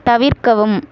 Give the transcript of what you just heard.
தவிர்க்கவும்